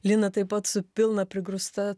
lina taip pat su pilna prigrūsta